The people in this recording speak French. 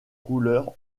couleurs